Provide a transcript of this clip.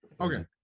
okay